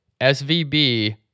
SVB